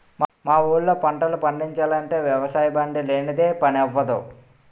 మా ఊళ్ళో పంటలు పండిచాలంటే వ్యవసాయబండి లేనిదే పని అవ్వదు